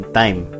time